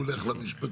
הוא הולך למשפטי,